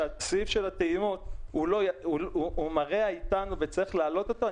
שסעיף הטעימות מרע אתנו וצריך לעלות אותו,